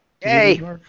Hey